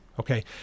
Okay